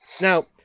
Now